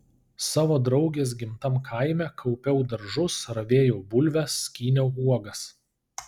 savo draugės gimtam kaime kaupiau daržus ravėjau bulves skyniau uogas